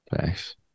Thanks